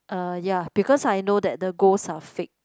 uh yah because I know that the ghost are fake